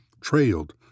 trailed